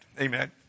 Amen